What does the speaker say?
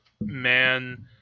man